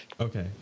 Okay